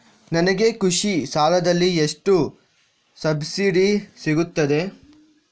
ನನಗೆ ಕೃಷಿ ಸಾಲದಲ್ಲಿ ಎಷ್ಟು ಸಬ್ಸಿಡಿ ಸೀಗುತ್ತದೆ?